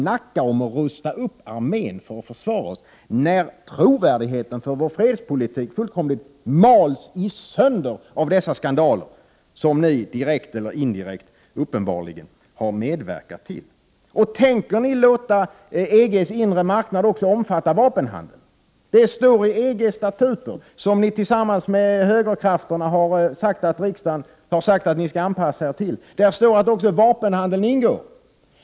Tala om att rusta upp armén för att förbättra vårt försvar, när trovärdigheten för vår fredspolitik fullständigt mals sönder av dessa skandaler, som ni direkt eller indirekt uppenbarligen har medverkat till! Tänker ni låta EG:s inre marknad också omfatta vapenhandel? Det står i EG:s statuter, som ni tillsammans med högerkrafterna har sagt att ni skall anpassa er till, att också vapenhandeln ingår.